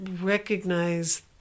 recognize